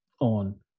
on